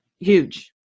huge